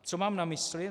Co mám na mysli?